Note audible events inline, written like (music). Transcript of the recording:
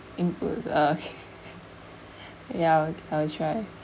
(noise) (laughs) ya I'll try uh